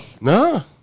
No